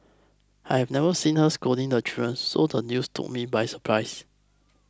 I have never seen her scolding the children so the news took me by surprise